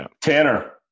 Tanner